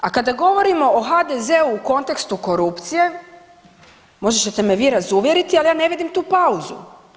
A kada govorimo o HDZ-u u kontekstu korupcije, možda ćete mi vi razuvjeriti, ali ja ne vidim tu pauzu.